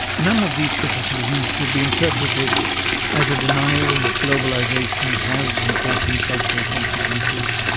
none of these criticisms should be interpreted as a denial that globalisation has important cultural consequences,